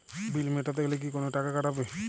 বিল মেটাতে গেলে কি কোনো টাকা কাটাবে?